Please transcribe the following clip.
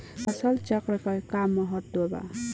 फसल चक्रण क का महत्त्व बा?